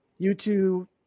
YouTube